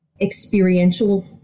experiential